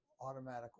automatic